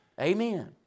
Amen